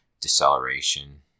deceleration